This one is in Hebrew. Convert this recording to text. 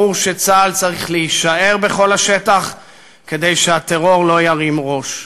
ברור שצה"ל צריך להישאר בכל השטח כדי שהטרור לא ירים ראש.